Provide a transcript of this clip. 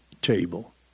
table